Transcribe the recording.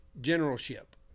generalship